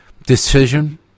decision